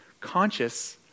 conscious